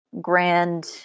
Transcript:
grand